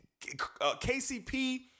KCP